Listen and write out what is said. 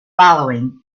following